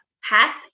hat